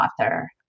author